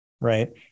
right